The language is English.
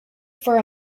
for